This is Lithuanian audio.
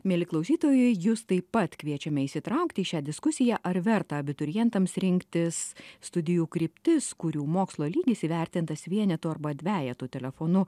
mieli klausytojai jus taip pat kviečiame įsitraukti į šią diskusiją ar verta abiturientams rinktis studijų kryptis kurių mokslo lygis įvertintas vienetu arba dvejetu telefonu